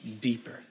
deeper